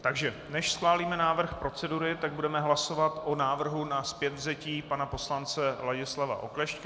Takže než schválíme návrh procedury, budeme hlasovat o návrhu na zpětvzetí pana poslance Ladislava Oklešťka.